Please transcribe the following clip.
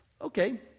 okay